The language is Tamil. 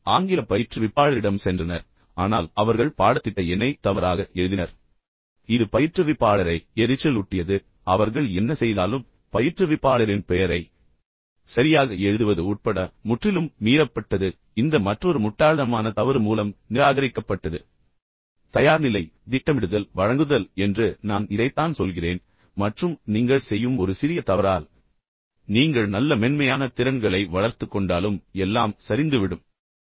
அவர்கள் ஆங்கில பயிற்றுவிப்பாளரிடம் சென்றனர் ஆனால் அவர்கள் பாடத்திட்ட எண்ணை தவறாக எழுதினர் இது பயிற்றுவிப்பாளரை எரிச்சலூட்டியது மீண்டும் எரிச்சல் அடைந்தார் அவர்கள் என்ன செய்தாலும் பயிற்றுவிப்பாளரின் பெயரை சரியாக எழுதுவது உட்பட முற்றிலும் மீறப்பட்டது இந்த மற்றொரு முட்டாள்தனமான தவறு மூலம் நிராகரிக்கப்பட்டது தயார்நிலை திட்டமிடுதல் வழங்குதல் என்று நான் இதைத்தான் சொல்கிறேன் மற்றும் நீங்கள் செய்யும் ஒரு சிறிய தவறால் நீங்கள் நல்ல மென்மையான திறன்களை வளர்த்துக் கொண்டாலும் எல்லாம் சரிந்துவிடும்